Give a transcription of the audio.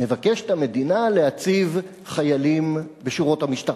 מבקשת המדינה להציב חיילים בשורות המשטרה.